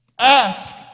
Ask